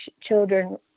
children